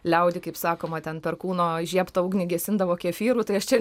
liaudy kaip sakoma ten perkūno įžiebtą ugnį gesindavo kefyru tai aš čia